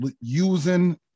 using